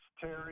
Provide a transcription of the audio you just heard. Terry